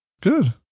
good